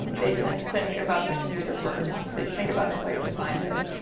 um they tend to think about their computer first, they think about the place to find it.